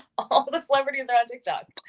all but the celebrities are on tik tok.